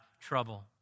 trouble